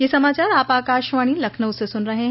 ब्रे क यह समाचार आप आकाशवाणी लखनऊ से सुन रहे हैं